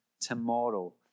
tomorrow